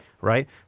Right